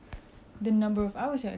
just from walking